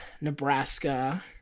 Nebraska